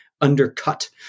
undercut